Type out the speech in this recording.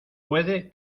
puede